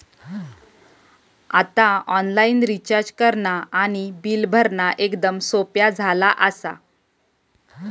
आता online recharge करणा आणि बिल भरणा एकदम सोप्या झाला आसा